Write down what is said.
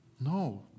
No